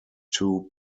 two